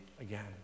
again